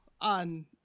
On